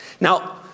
Now